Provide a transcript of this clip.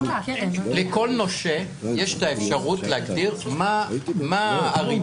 לכל נושה יש את האפשרות להגדיר מה הריבית